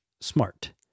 smart